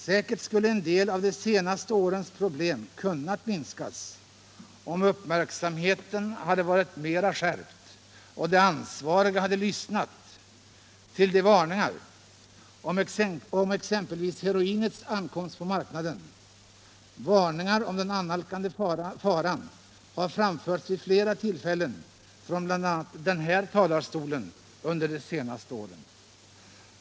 Säkert skulle en del av de senaste årens problem kunnat minskas om uppmärksamheten hade varit mera skärpt och de ansvariga hade lyssnat till varningarna om exempelvis heroinets ankomst på marknaden. Varningar om den annalkande faran när det gällde bl.a. heroinet framfördes vid flera tillfällen från bl.a. den här talarstolen.